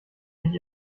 nicht